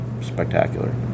spectacular